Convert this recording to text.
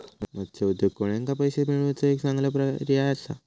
मत्स्य उद्योग कोळ्यांका पैशे मिळवुचो एक चांगलो पर्याय असा